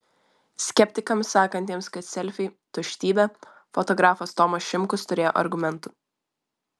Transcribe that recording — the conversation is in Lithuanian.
skeptikams sakantiems kad selfiai tuštybė fotografas tomas šimkus turėjo argumentų